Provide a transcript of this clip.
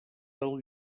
del